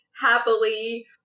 happily